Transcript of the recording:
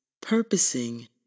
purposing